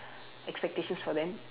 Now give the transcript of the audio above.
expectations for them